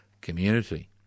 community